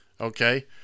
Okay